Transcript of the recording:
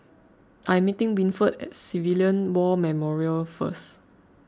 I am meeting Winford at Civilian War Memorial first